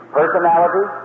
personality